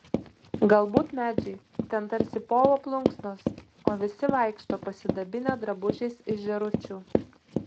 galbūt medžiai ten tarsi povo plunksnos o visi vaikšto pasidabinę drabužiais iš žėručių